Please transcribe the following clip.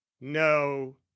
no